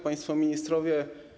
Państwo Ministrowie!